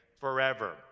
forever